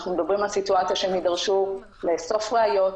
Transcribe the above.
אנחנו מדברים על סיטואציה שהם יידרשו לאסוף ראיות,